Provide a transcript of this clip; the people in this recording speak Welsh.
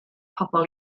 pobl